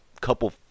couple